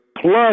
plus